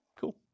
Cool